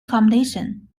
competition